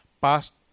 past